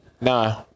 Nah